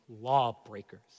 lawbreakers